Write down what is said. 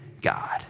God